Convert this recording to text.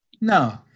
no